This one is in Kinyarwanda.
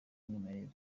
y’umwimerere